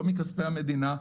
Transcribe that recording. לא מכספי המדינה,